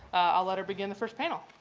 i'll let her begin the first panel.